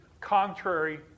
contrary